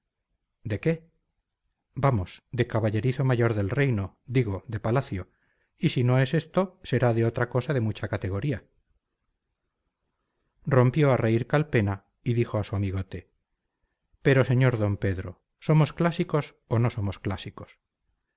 de qué vamos de caballerizo mayor del reino digo de palacio y si no es esto será de otra cosa de mucha categoría rompió a reír calpena y dijo a su amigote pero sr d pedro somos clásicos o no somos clásicos